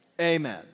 Amen